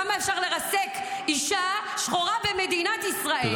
יש גבול כמה אפשר לרסק אישה שחורה במדינת ישראל.